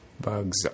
bugs